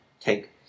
take